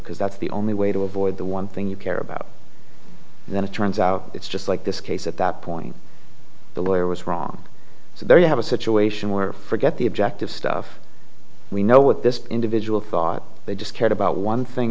because that's the only way to avoid the one thing you care about and then it turns out it's just like this case at that point the lawyer was wrong so there you have a situation where forget the objective stuff we know what this individual thought they just cared about one thing